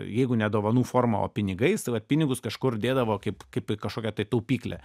jeigu ne dovanų forma o pinigais taip vat pinigus kažkur dėdavo kaip kaip kažkokią tai taupyklę